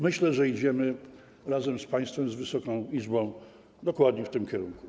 Myślę, że idziemy razem z państwem, z Wysoką Izbą dokładnie w tym kierunku.